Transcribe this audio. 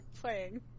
playing